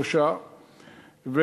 שלושה,